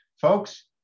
Folks